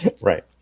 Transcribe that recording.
Right